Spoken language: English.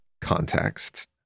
context